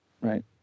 Right